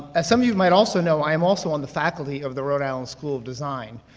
as some of you might also know, i am also on the faculty of the rhode island school of design.